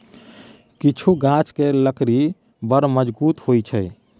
किछु गाछ केर लकड़ी बड़ मजगुत होइ छै